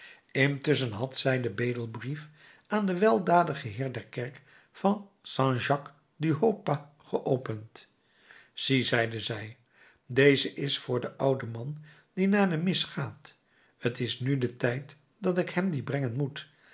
intusschen had zij den bedelbrief aan den weldadigen heer der kerk van st jacques du haut pas geopend zie zeide zij deze is voor den ouden man die naar de mis gaat t is nu de tijd dat ik hem dien brengen moet